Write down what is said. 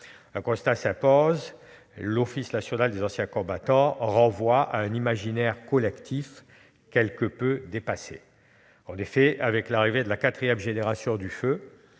un constat s'impose : l'Office national des anciens combattants renvoie à un imaginaire collectif quelque peu dépassé. En effet, avec l'arrivée de la quatrième génération du feu,